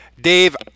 Dave